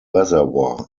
reservoir